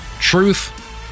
Truth